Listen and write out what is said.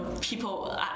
people